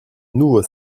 nouveau